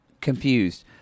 confused